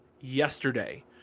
yesterday